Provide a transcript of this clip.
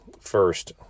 first